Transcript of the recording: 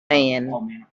hand